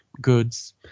goods